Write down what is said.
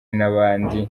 n’abandi